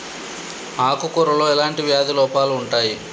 ఆకు కూరలో ఎలాంటి వ్యాధి లోపాలు ఉంటాయి?